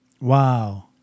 Wow